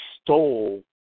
stole